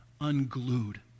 unglued